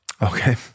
Okay